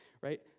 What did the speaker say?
right